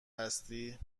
هستی